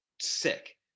sick